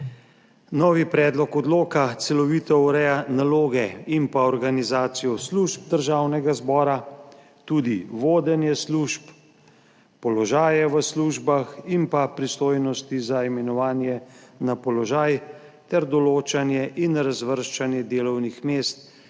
Novi predlog odloka celovito ureja naloge in pa organizacijo služb Državnega zbora, tudi vodenje služb, položaje v službah in pa pristojnosti za imenovanje na položaj ter določanje in razvrščanje delovnih mest